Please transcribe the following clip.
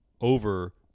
over